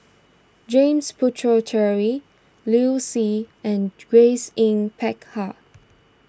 James Puthucheary Liu Si and Grace Yin Peck Ha